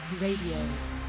Radio